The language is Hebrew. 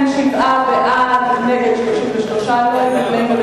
ובכן, שבעה בעד, נגד, 33, אין נמנעים.